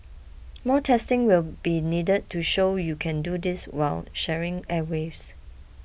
more testing will be needed to show you can do this while sharing airwaves